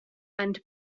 and